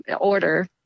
order